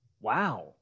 wow